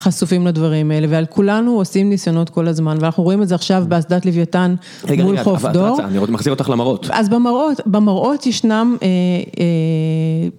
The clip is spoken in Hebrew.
חשופים לדברים האלה ועל כולנו עושים ניסיונות כל הזמן ואנחנו רואים את זה עכשיו באסדת לוויתן מול חוף דור. רצה אני מחזיר אותך למראות. אז במראות, במראות ישנם